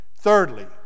Thirdly